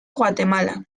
guatemala